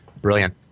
Brilliant